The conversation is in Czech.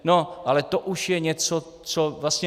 No ale to už je něco, co vlastně...